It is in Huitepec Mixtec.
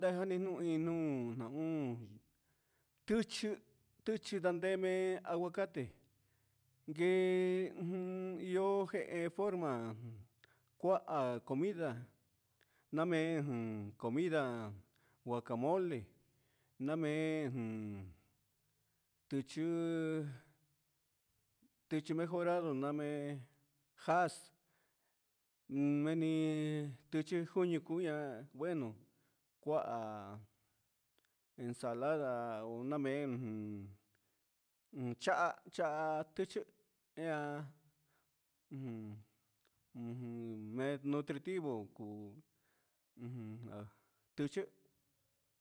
Tajani iñi nuun nuun tichi nda neme aguacate guee iyo jehe forma cuaha comida gaa mee comida guacamole namee tichi mejorado namee jaaz meni tichi juñu cuu ñe bueno cuaha ensalada namee chaha tichi ian ujun mee nutritivo cuu tichi